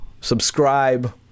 subscribe